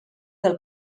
del